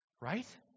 Right